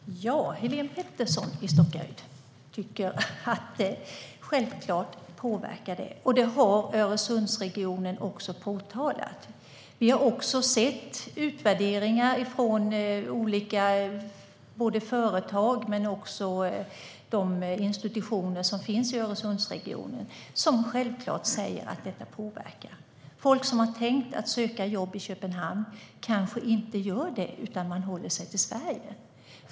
Herr talman! Helene Petersson i Stockaryd tycker att det självklart påverkar jobbtillväxten, och det har också Öresundsregionen påtalat. Vi har sett utvärderingar från både företag och institutioner i Öresundsregionen som självklart säger att detta påverkar. Folk som har tänkt söka jobb i Köpenhamn kanske inte gör det utan håller sig till Sverige.